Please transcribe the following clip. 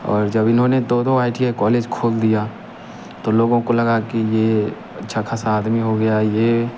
और जब इन्होंने दो दो आई टी आई कॉलेज खोल दिया तो लोगों को लगा कि ये अच्छा खासा आदमी हो गया ये